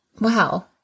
Wow